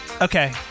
Okay